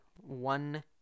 one